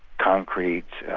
concrete,